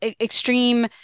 extreme